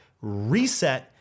reset